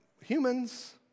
humans